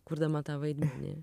kurdama tą vaidmenį